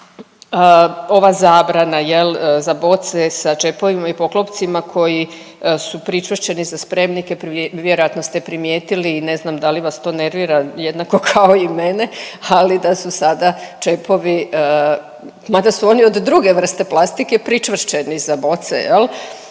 ova zabrana, je li za boce sa čepovima i poklopcima koji su pričvršćeni za spremnike, vjerojatno ste primijetili i ne znam da li vas to nervira jednako kao i mene, ali da su sada čepovi, mada su oni od druge vrste plastike, pričvršćeni za boce, je